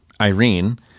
Irene